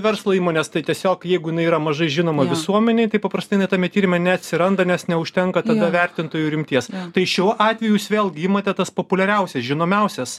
verslo įmonės tai tiesiog jeigu jinai yra mažai žinoma visuomenėj tai paprastai jinai tame tyrime neatsiranda nes neužtenka tada vertintojų rimties tai šiuo atveju jūs vėlgi imate tas populiariausias žinomiausias